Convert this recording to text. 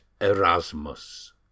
erasmus